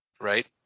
Right